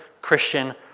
Christian